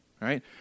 right